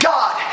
God